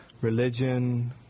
religion